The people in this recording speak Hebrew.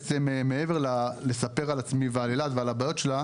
מעבר לסיפור על עצמי ועל אילת ובעיותיה,